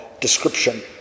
description